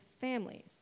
families